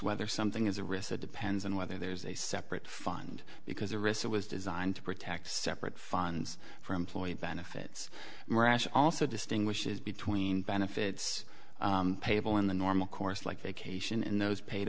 whether something is a risk that depends on whether there's a separate fund because the risk that was designed to protect separate funds for employee benefits morass also distinguishes between benefits payable in the normal course like vacation in those paid